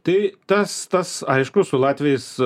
tai tas tas aišku su latviais